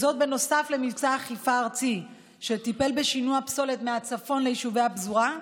נוסף למבצע אכיפה ארצי שטיפל בשינוע פסולת מהצפון ליישובי הפזורה,